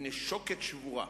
בפני שוקת שבורה: